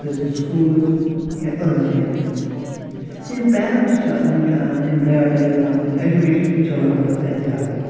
سُہ ٲسن سُکوٗلٕز یا أربَن ایرِیاز تہٕ یِم پیریٚنٹٕس چھِ آسان یِم چھِ آسان یِم پرٛیارٹایِز کران سٲنۍ ایٚجوٗکیشَن چٕلڑرنَن خٲطرٕ اَتہِ زیادٕ